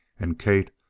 and kate,